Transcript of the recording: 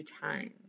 time